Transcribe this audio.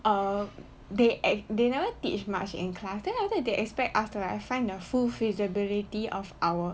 rerr they they never teach much in class then after that they expect us to find the full feasibility of our